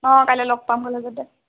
অঁ কাইলে লগ পাম কলেজতে